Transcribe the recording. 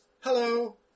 Hello